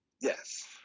Yes